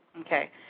okay